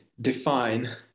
define